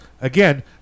again